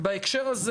בהקשר הזה